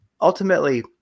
ultimately